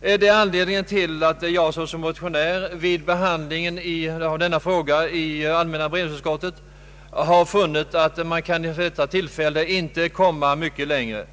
Det är anledningen till att jag som motionär vid behandlingen av denna fråga i allmänna beredningsutskoitet har funnit att vi vid detta tillfälle inte kan komma mycket längre.